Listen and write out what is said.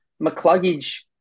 McCluggage